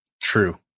True